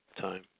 time